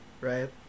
Right